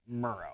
Murrow